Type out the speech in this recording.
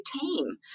team